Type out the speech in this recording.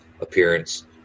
appearance